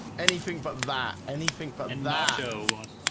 anything but that anything but and so